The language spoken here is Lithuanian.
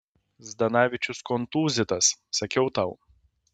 zdanavičius kontūzytas sakiau tau